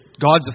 God's